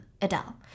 Adele